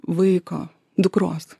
vaiko dukros